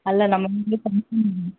ಅಲ್ಲ ನಮ್ಮ ಮನೇಲಿ